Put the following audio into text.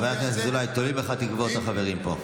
חבר הכנסת אזולאי, תולים בך תקוות החברים פה.